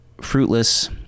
fruitless